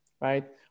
right